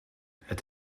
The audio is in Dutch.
het